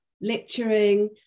lecturing